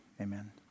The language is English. amen